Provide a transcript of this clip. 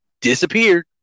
disappeared